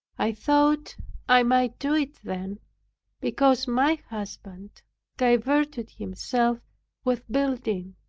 i thought i might do it then because my husband diverted himself with building.